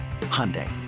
Hyundai